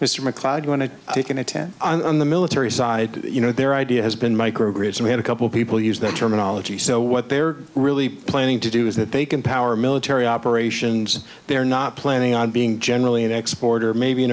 mr macleod going to take an attack on the military side you know their idea has been micro grid and we had a couple people use that terminology so what they're really planning to do is that they can power military operations and they're not planning on being generally an exporter maybe an